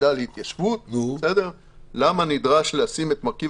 היחידה להתיישבות למה נדרש לשים את מרכיב